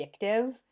addictive